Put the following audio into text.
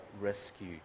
rescue